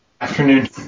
afternoon